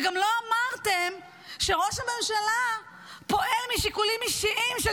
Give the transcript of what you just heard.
וגם לא אמרתם שראש הממשלה פועל משיקולים אישיים של